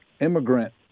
immigrant